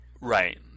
Right